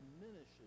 diminishes